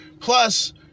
Plus